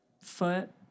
foot